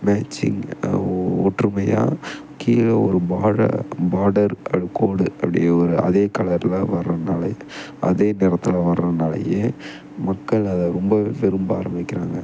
matching ஒற்றுமையாக கீழ ஒரு பார்டர் பார்டர் அ கோடு அப்படி ஒரு கோடு அதே கலரில் வருனாலே அதே நிறத்துல வருனாலயே மக்கள் அதை ரொம்ப விரும்ப ஆரம்பிக்கிறாங்க